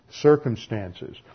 circumstances